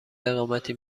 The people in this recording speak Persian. اقامتی